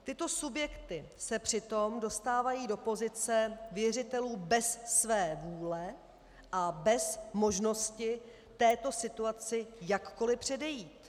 Tyto subjekty se přitom dostávají do pozice věřitelů bez své vůle a bez možnosti této situaci jakkoliv předejít.